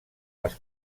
les